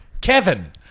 Kevin